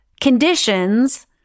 conditions